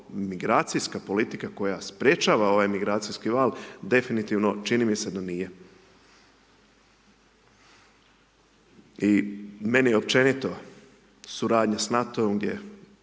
migracijska politika koja sprečava ovaj migracijski val, definitivno, čini mi se, da nije. I meni općenito suradnja s NATO-om gdje